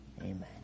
Amen